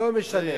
לא משנה.